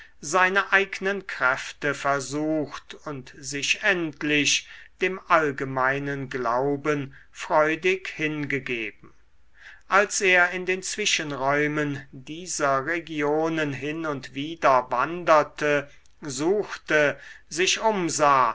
seine eignen kräfte versucht und sich endlich dem allgemeinen glauben freudig hingegeben als er in den zwischenräumen dieser regionen hin und wider wanderte suchte sich umsah